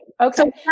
okay